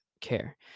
care